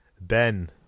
Ben